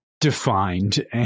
defined